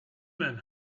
men